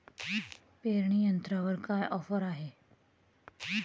पेरणी यंत्रावर काय ऑफर आहे?